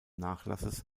nachlasses